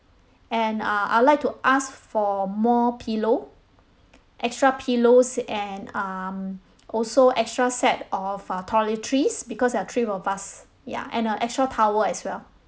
and uh I would like to ask for more pillow extra pillows and um also extra set of uh toiletries because there are three of us ya and uh extra towel as well